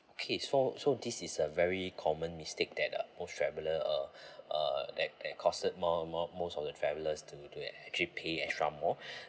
okay so so this is a very common mistake that uh most travellers uh uh that that costed more more most of our travellers to to like actually pay extra more